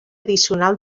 addicional